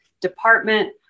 department